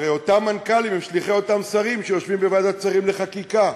הרי אותם מנכ"לים הם שליחי אותם שרים שיושבים בוועדת שרים לחקיקה.